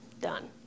done